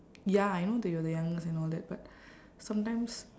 ya you know that you are the youngest and all that but sometimes